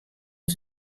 the